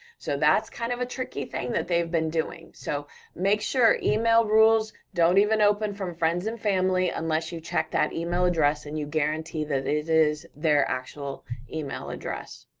so that's kind of a tricky thing that they've been doing, so make sure email rules, don't even open from friends and family unless you check that email address and you guarantee that it is their actual email address.